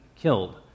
killed